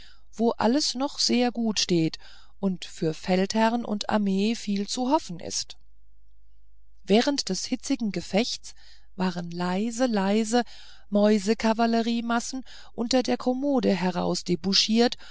wo alles noch sehr gut steht und für feldherrn und armee viel zu hoffen ist während des hitzigsten gefechts waren leise leise mäusekavalleriemassen unter der kommode